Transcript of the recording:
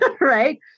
right